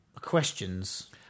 questions